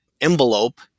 envelope –